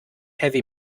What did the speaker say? heavy